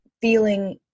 feeling